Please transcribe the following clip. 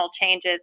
changes